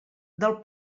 del